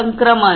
संक्रमण